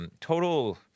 total